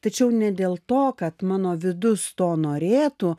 tačiau ne dėl to kad mano vidus to norėtų